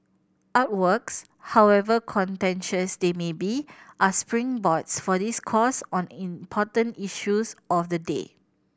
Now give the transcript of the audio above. artworks however contentious they may be are springboards for discourse on important issues of the day